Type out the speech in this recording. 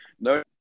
no